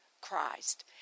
Christ